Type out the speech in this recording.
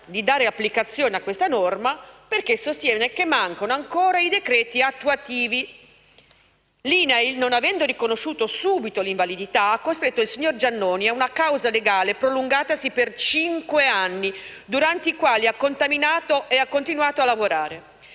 di dare applicazione questa norma, perché sostiene che manchino ancora i decreti attuativi. L'INAIL, non avendo riconosciuto subito l'invalidità, ha costretto il signor Giannone ad una causa legale prolungatasi per cinque anni, durante i quali ha continuato a lavorare.